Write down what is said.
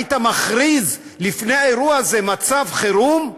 היית מכריז לפני האירוע הזה על מצב חירום,